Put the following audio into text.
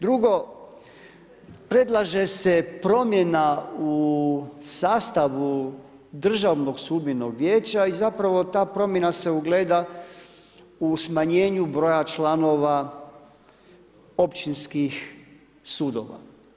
Drugo, predlaže se promjena u sastavu državnog sudbenog vijeća i zapravo ta promjena se ugleda u smanjenju broja članova općinskih sudova.